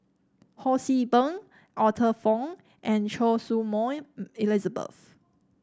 Ho See Beng Arthur Fong and Choy Su Moi Elizabeth